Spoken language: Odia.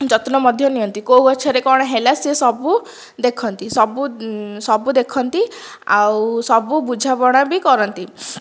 ଯତ୍ନ ମଧ୍ୟ ନିଅନ୍ତି କେଉଁ ଗଛରେ କ'ଣ ହେଲା ସେ ସବୁ ଦେଖନ୍ତି ସବୁ ଦେଖନ୍ତି ଆଉ ସବୁ ବୁଝାମଣା ବି କରନ୍ତି